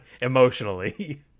Emotionally